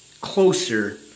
closer